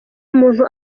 umuntu